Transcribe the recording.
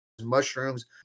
mushrooms